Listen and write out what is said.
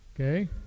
Okay